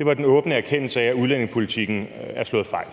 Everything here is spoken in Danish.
var den åbne erkendelse af, at udlændingepolitikken er slået fejl.